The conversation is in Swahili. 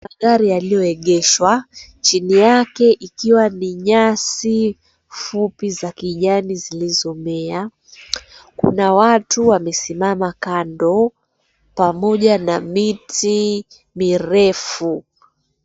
Magari yaliyoegeshwa. Chini yake ikiwa ni nyasi fupi za kijani zilizomea. Kuna watu wamesimama kando pamoja na miti mirefu.